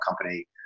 company